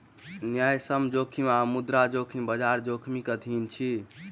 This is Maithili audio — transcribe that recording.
न्यायसम्य जोखिम आ मुद्रा जोखिम, बजार जोखिमक अधीन अछि